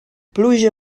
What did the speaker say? pluja